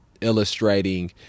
illustrating